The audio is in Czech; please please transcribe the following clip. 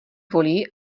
volí